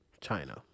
China